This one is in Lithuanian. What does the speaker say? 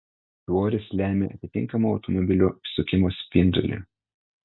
svoris lemia atitinkamą automobilio apsisukimo spindulį